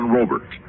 Robert